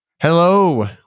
hello